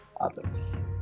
others